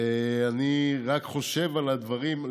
ואני רק חושב על הדברים,